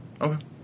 Okay